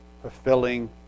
fulfilling